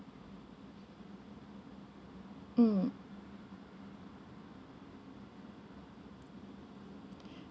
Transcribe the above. mm